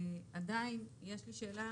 ועדיין יש לי שאלה.